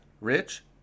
Rich